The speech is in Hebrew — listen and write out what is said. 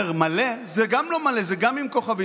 אומר "מלא", גם זה לא מלא, גם זה עם כוכבית.